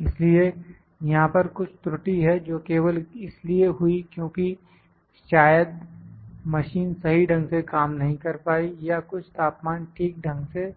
इसलिए यहां पर कुछ त्रुटि है जो केवल इसलिए हुई क्योंकि शायद मशीन सही ढंग से काम नहीं कर पाई या कुछ तापमान ठीक ढंग से